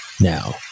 Now